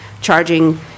charging